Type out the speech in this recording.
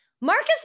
Marcus